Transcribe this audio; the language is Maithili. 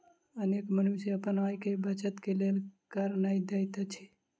अनेक मनुष्य अपन आय के बचत के लेल कर नै दैत अछि